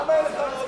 למה אין לכם רוב?